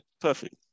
Perfect